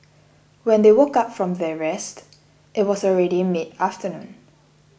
when they woke up from their rest it was already midafternoon